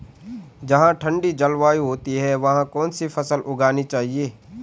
जहाँ ठंडी जलवायु होती है वहाँ कौन सी फसल उगानी चाहिये?